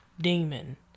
Demon